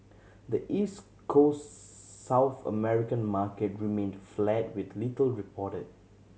the East Coast South American market remained flat with little reported